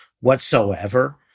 whatsoever